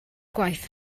gwaith